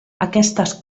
aquestes